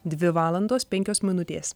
dvi valandos penkios minutės